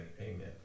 amen